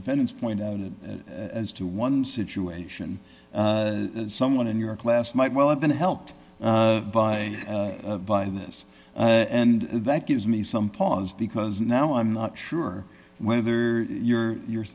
defendants point out as to one situation someone in your class might well have been helped by by this and that gives me some pause because now i'm not sure whether you're you'